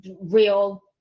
real